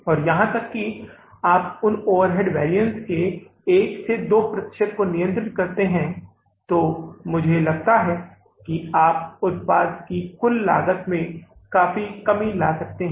और यहां तक कि आप उन ओवरहेड वेरिएंस के 1 से 2 प्रतिशत को नियंत्रित करते हैं तो मुझे लगता है कि उत्पाद की कुल लागत में काफी कमी लाई जा सकती है